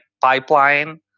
pipeline